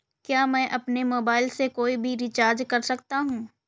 क्या मैं अपने मोबाइल से कोई भी रिचार्ज कर सकता हूँ?